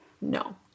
no